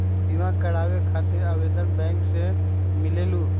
बिमा कराबे खातीर आवेदन बैंक से मिलेलु?